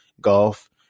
Golf